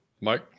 Mike